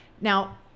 Now